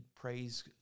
praise